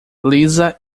lisa